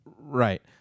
Right